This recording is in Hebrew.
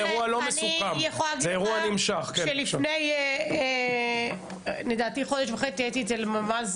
אני יכולה להגיד לך שלפני חודש וחצי הייתי אצל מפקד מחוז